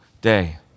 day